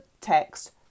text